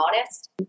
honest